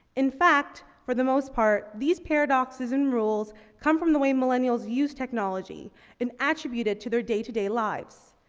in fact, for the most part, these paradoxes and rules come from the way millennials use technology and attribute it to their day to day lives.